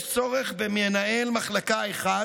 יש צורך במנהל מחלקה אחד